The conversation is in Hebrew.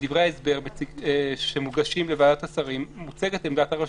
בדברי ההסבר שמוגשים לוועדת השרים מוצגת עמדת הרשות.